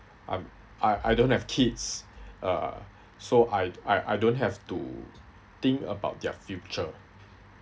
I'm I I don't have kids uh so I I I don't have to think about their future